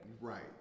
right